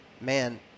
man